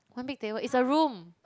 one big table it's a room